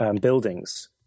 buildings –